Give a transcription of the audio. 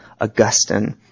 Augustine